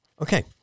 Okay